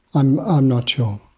i'm i'm not sure.